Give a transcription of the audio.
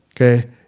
Okay